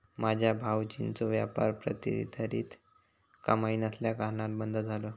माझ्यो भावजींचो व्यापार प्रतिधरीत कमाई नसल्याकारणान बंद झालो